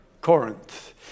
Corinth